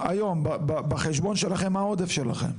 היום בחשבון שלכם, מה העודף שלכם?